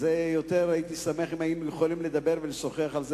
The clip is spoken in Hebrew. והייתי שמח יותר אילו יכולנו לדבר ולשוחח על זה